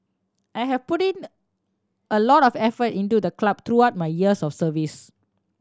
I have putting the a lot of effort into the club throughout my years of service